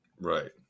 Right